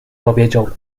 powiedział